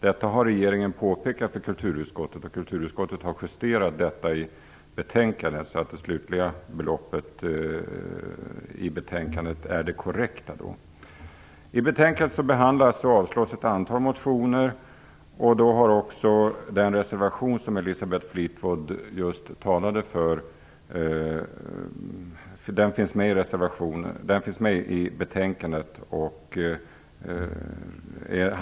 Detta har regeringen påpekat för kulturutskottet och kulturutskottet har justerat detta i betänkandet så att det slutliga beloppet i betänkandet är det korrekta. I betänkandet behandlas och avstyrks ett antal motioner. Den reservation som Elisabeth Fleetwood just talade för handlar om en motion som avstyrkts i betänkandet.